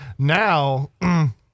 Now